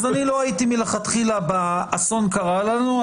אני לא הייתי מלכתחילה באסון קרה לנו.